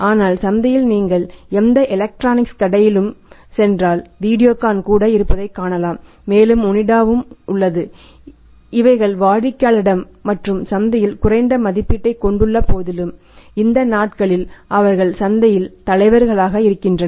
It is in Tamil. ஆனால் சந்தையில் நீங்கள் எந்த எலக்ட்ரானிக்ஸ் கடைக்கு சென்றால் வீடியோகான் கூட இருப்பதைக் காணலாம் மேலும் ஓனிடாவும் உள்ளது இவைகள் வாடிக்கையாளர்களிடம் மற்றும் சந்தையில் குறைந்த மதிப்பீட்டைக் கொண்டுள்ள போதிலும் இந்த நாட்களில் அவர்கள் சந்தையில் தலைவர்களாக இருக்கின்றனர்